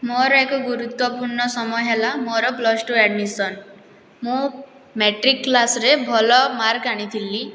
ମୋର ଏକ ଗୁରୁତ୍ଵପୂର୍ଣ୍ଣ ସମୟ ହେଲା ମୋର ପ୍ଲସ୍ ଟୁ ଆଡ଼ମିସନ୍ ମୁଁ ମେଟ୍ରିକ୍ କ୍ଲାସ୍ରେ ଭଲ ମାର୍କ ଆଣିଥିଲି